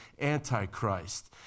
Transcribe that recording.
Antichrist